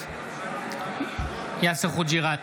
נגד יאסר חוג'יראת,